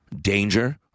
Danger